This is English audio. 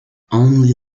only